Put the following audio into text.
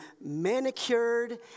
manicured